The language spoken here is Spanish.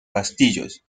castillos